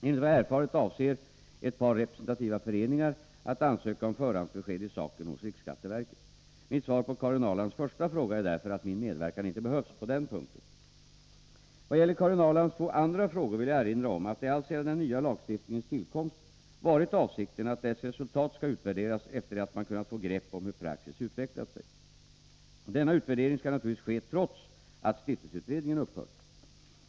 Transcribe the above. Enligt vad jag erfarit avser ett par representativa föreningar att ansöka om förhandsbesked i saken hos riksskatteverket. Mitt svar på Karin Ahrlands första fråga är därför att min medverkan inte behövs på denna punkt. Vad gäller Karin Ahrlands två andra frågor vill jag erinra om att det alltsedan den nya lagstiftningens tillkomst varit avsikten att dess resultat skall utvärderas efter det att man kunnat få grepp om hur praxis utvecklat sig. Denna utvärdering skall naturligtvis ske trots att stiftelseutredningen upphört.